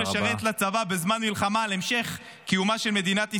לשרת בצבא בזמן מלחמה על המשך קיומה של מדינת ישראל.